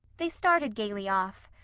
they started gaily off.